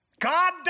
God